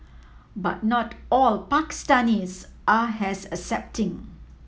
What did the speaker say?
but not all Pakistanis are as accepting